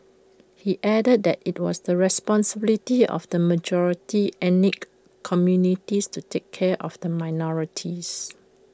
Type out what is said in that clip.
he added that IT was the responsibility of the majority communities to take care of the minorities